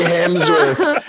Hemsworth